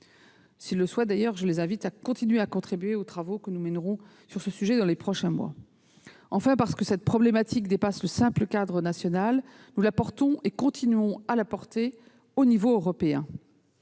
Je les invite d'ailleurs, s'ils le souhaitent, à continuer de contribuer aux travaux que nous mènerons sur ce sujet dans les prochains mois. Enfin, parce que cette problématique dépasse le simple cadre national, nous continuons à la pousser à l'échelon européen.